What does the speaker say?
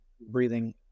breathing